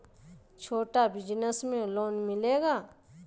छोटा बिजनस में लोन मिलेगा?